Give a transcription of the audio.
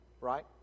right